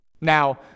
Now